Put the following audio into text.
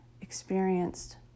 experienced